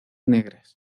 negras